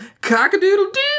cock-a-doodle-doo